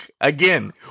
Again